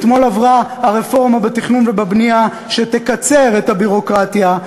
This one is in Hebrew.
אתמול עברה הרפורמה בתכנון ובבנייה שתקצר את הביורוקרטיה,